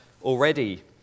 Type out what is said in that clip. Already